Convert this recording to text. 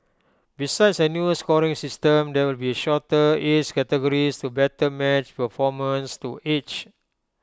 besides A new scoring system there will be shorter age categories to better match performance to age